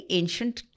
ancient